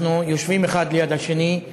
אנחנו יושבים האחד ליד השני,